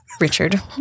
Richard